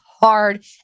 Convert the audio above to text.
hard